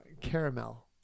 caramel